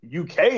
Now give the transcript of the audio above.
UK